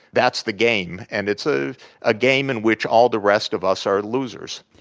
that's the game, and it's a ah game in which all the rest of us are losers.